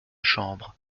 chambre